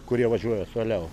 kurie važiuoja toliau